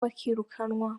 bakirukanwa